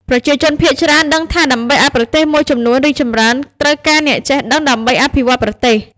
ប្រជាជនភាគច្រើនដឹងថាដើម្បីអោយប្រទេសមួយរីកចម្រើន ត្រូវការអ្នកចេះដឹងដើម្បីអភិវឌ្ឍន៍ប្រទេស ។